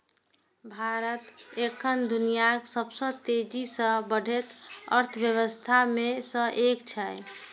भारत एखन दुनियाक सबसं तेजी सं बढ़ैत अर्थव्यवस्था मे सं एक छै